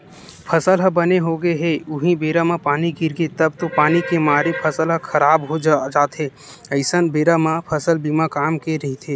फसल ह बने होगे हे उहीं बेरा म पानी गिरगे तब तो पानी के मारे फसल ह खराब हो जाथे अइसन बेरा म फसल बीमा काम के रहिथे